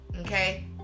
Okay